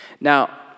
Now